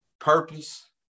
purpose